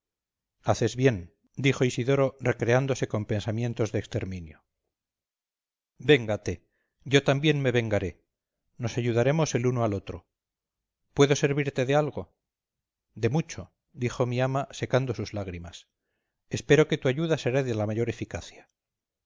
haces bien dijo isidoro recreándose con pensamientos de exterminio véngate yo también me vengaré nos ayudaremos el uno al otro puedo servirte de algo de mucho dijo mi ama secando sus lágrimas espero que tu ayuda será de la mayor eficacia